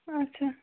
اَچھا